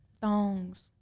Thongs